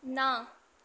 ਨਾ